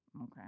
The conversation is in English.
Okay